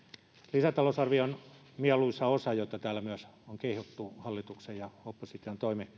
lisätalousarvion mieluisa osa jota täällä myös on kehuttu hallituksen ja opposition toimesta